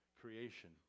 creation